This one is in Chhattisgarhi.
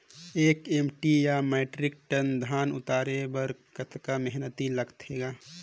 एक एम.टी या मीट्रिक टन धन उतारे बर कतका मेहनती लगथे ग?